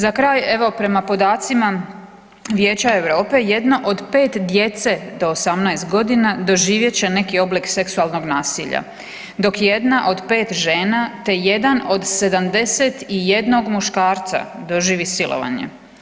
Za kraj, evo prema podacima Vijeća Europa jedno od 5 djece do 18.g. doživjet će neki oblik seksualnog nasilja dok jedna od 5 žena, te jedan od 71 muškarca doživi silovanje.